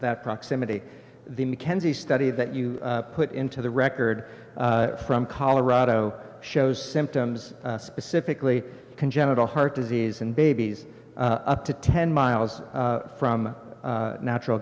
that proximity the mackenzie study that you put into the record from colorado shows symptoms specifically congenital heart disease and babies up to ten miles from natural